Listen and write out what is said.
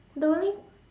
the only